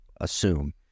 assume